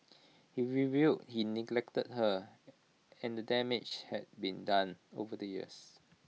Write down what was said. he revealed he neglected her and damage had been done over the years